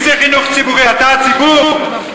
אתה הצגת.